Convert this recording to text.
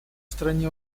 стране